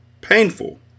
painful